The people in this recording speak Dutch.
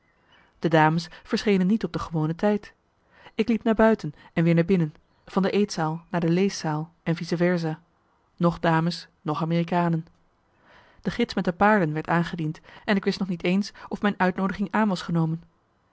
de dames verschenen niet op de gewone tijd ik liep naar buiten en weer naar binnen van de eetzaal naar de leeszaal en vice versa noch dames noch amerikanen de gids met de paarden werd aangediend en ik wist nog niet eens of mijn uitnoodiging aan was genomen